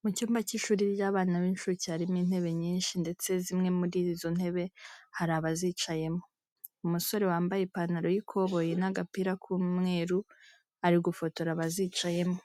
Mu cyumba cy'ishuri ry'abana b'incuke harimo intebe nyinshi ndetse zimwe muri izo ntebe hari abazicayemo. Umusore wambaye ipantaro y'ikoboyi n'agapira k'umweru ari gufotora abazicayemo.